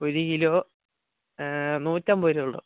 ഒരു കിലോ നൂറ്റി അമ്പത് രൂപയെ ഉള്ളു